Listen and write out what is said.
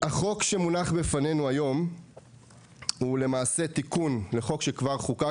החוק שמונח בפנינו היום הוא למעשה תיקון לחוק שכבר חוקק